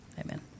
amen